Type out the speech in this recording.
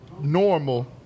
normal